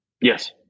Yes